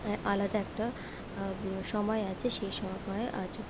আলাদা একটা সময় আছে সেই সময়ে আজ